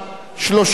אני קובע,